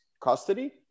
custody